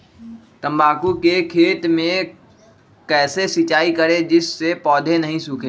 तम्बाकू के खेत मे कैसे सिंचाई करें जिस से पौधा नहीं सूखे?